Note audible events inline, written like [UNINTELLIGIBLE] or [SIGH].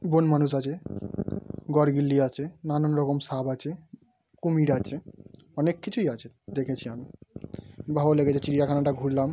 বন মানুষ আছে [UNINTELLIGIBLE] আছে নানান রকম সাপ আছে কুমির আছে অনেক কিছুই আছে দেখেছি আমি ভালো লেগেছে চিড়িয়াখানাটা ঘুরলাম